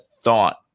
thought